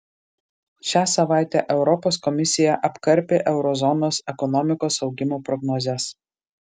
šią savaitę europos komisija apkarpė euro zonos ekonomikos augimo prognozes